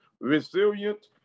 resilient